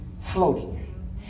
floating